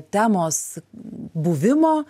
temos buvimo